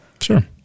Sure